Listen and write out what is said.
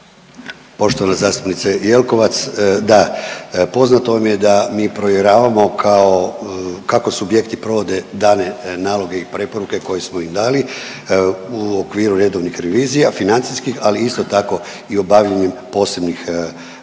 Poštovana zastupnice Jelkovac, da, poznato vam je da mi provjeravamo kao, kako subjekti provode dane naloge i preporuke koje smo im dali u okviru redovnih revizija, financijskih, ali isto tako i obavljanjem posebnih, posebnih